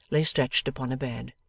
lay stretched upon a bed.